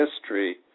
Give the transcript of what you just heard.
History